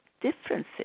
differences